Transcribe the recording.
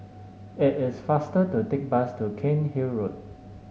it is faster to take the bus to Cairnhill Road